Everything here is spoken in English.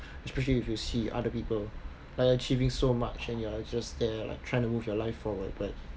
especially if you see other people like achieving so much and you are just there like trying to move your life forward but